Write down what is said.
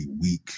weak